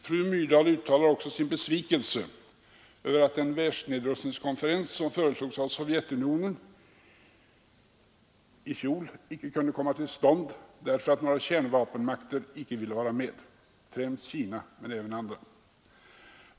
Fru Myrdal uttalar också sin besvikelse över att den världsnedrustningskonferens som i fjol föreslogs av Sovjetunionen icke kunde komma till stånd därför att några kärnvapenmakter icke velat vara med — främst Kina men även andra.